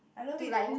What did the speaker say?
I love it though